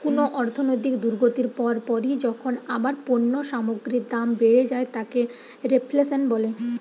কুনো অর্থনৈতিক দুর্গতির পর পরই যখন আবার পণ্য সামগ্রীর দাম বেড়ে যায় তাকে রেফ্ল্যাশন বলে